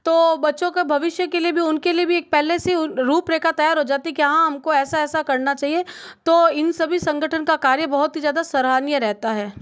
तो बच्चों का भविष्य के लिए भी उनके लिए भी एक पहले से रूपरेखा तैयार हो जाती है कि हाँ हमको ऐसा करना चाहिए तो इन्हें सभी संगठन का कार्य बहुत ही ज़्यादा सराहनीय रहता है